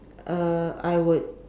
uh I would